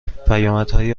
پیامدهای